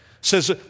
says